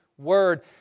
word